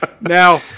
Now